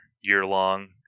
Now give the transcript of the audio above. year-long